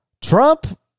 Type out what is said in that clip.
Trump